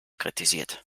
kritisiert